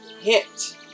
hit